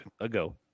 ago